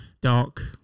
dark